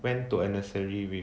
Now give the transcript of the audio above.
went to a nursery with